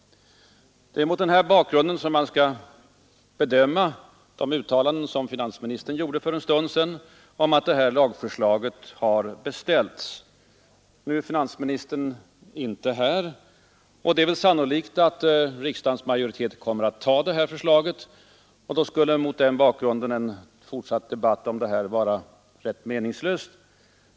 Det är mot denna bakgrund som man skall bedöma de uttalanden som finansministern gjorde för en stund sedan — finansministern är inte här i kammaren nu — om att detta lagförslag har ”beställts” av riksdagen. Det är sannolikt att riksdagens majoritet kommer att ta förslaget, och därför kunde kanske en fortsatt debatt om detta anses som rätt meningslös.